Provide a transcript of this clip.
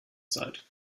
zeit